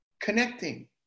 Connecting